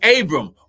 Abram